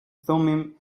thummim